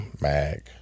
mag